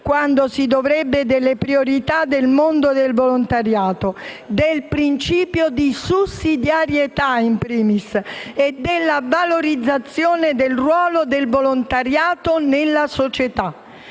quanto si dovrebbe delle priorità del mondo del volontariato: del principio di sussidiarietà, *in primis*, e della valorizzazione del ruolo del volontariato nella società.